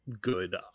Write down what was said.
Good